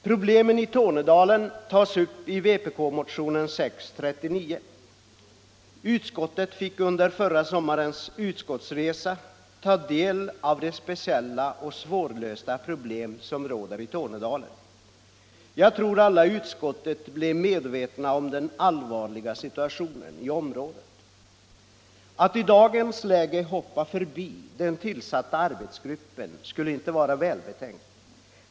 Problemen i Tornedalen tas upp i vpk-motionen 639. Utskottet fick under förra sommarens utskottsresa ta del av de speciella och svårlösta problem som råder i Tornedalen. Jag tror alla i utskottet blev medvetna om den allvarliga situationen i området. Att i dagens läge hoppa förbi den tillsatta arbetsgruppen skulle inte vara välbetänkt.